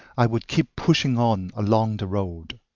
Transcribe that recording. i would keep pushing on along the road.